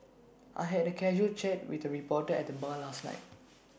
I had A casual chat with A reporter at the bar last night